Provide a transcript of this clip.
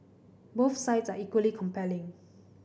both sides are equally compelling